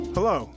Hello